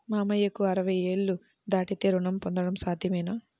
మామయ్యకు అరవై ఏళ్లు దాటితే రుణం పొందడం సాధ్యమేనా?